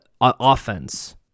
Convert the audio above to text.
offense